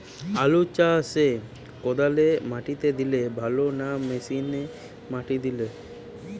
আলু চাষে কদালে মাটি দিলে ভালো না মেশিনে মাটি দিলে?